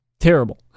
terrible